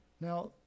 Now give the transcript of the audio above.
Now